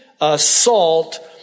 assault